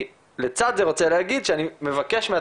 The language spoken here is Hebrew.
אני לצד זה מבקש להגיד שאני פונה אל